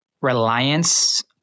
reliance